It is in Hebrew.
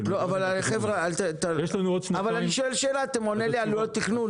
--- אבל אני שואל שאלה ואתה עונה לי על עלויות תכנון?